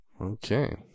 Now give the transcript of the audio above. Okay